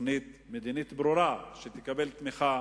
תוכנית מדינית ברורה שתקבל תמיכה